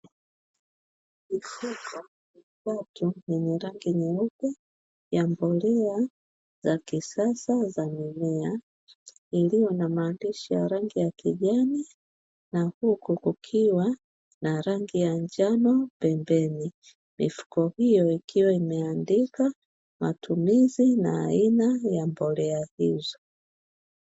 Mifuko mitatu yenye rangi nyeupe ya mbolea za kisasa za mimea, iliyo na maandishi ya rangi ya kijani na huku kukiwa na rangi ya njano pembeni. Mifuko hiyo ikiwa imeandikwa matumizi na aina ya mbolea hizo.